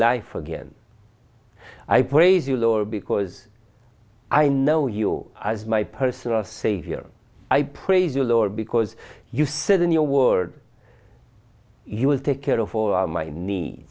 life again i praise you lower because i know you as my personal savior i praise the lord because you said in your word you will take care of all my nee